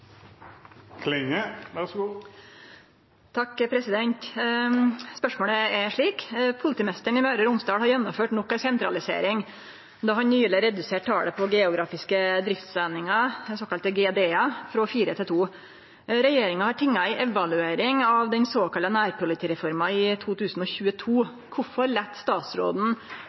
Romsdal har gjennomført nok ei sentralisering då han nyleg reduserte talet på geografiske driftseiningar frå fire til to. Regjeringa har tinga ei evaluering av den såkalla nærpolitireforma i 2022. Kvifor let statsråden